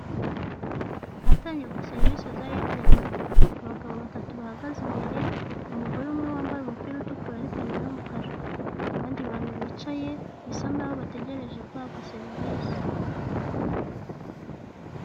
Ahatangirwa serivisi za eyateri mani, abagabo batatu bahagaze imbere, umugore umwe wambaye umupira utukura n'ipantaro y'umukara. Abandi bantu bicaye bisa naho bategereje guhabwa serivisi.